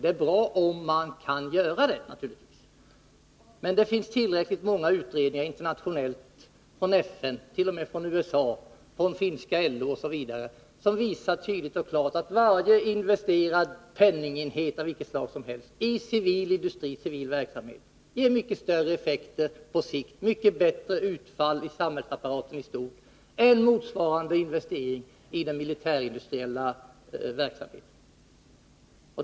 Det är naturligtvis bra om sysselsättningen kan främjas, men det finns tillräckligt många utredningar internationellt, från FN, från finska LO osv., t.o.m. från USA — som tydligt och klart visar att varje i civil verksamhet investerad penningenhet ger mycket större effekter på sikt, mycket bättre utfall i samhällsapparaten i stort, än motsvarande investering i den militärindustriella verksamheten.